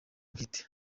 bwite